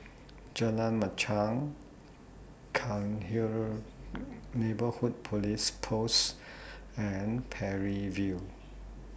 Jalan Machang Cairnhill Neighbourhood Police Post and Parry View